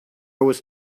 was